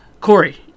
Corey